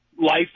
life